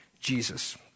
Jesus